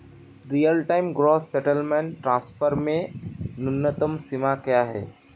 Real time gross settlement transfer में न्यूनतम सीमा क्या है?